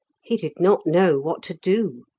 he did not know what to do.